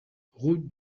route